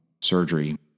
surgery